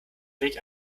weg